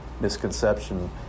misconception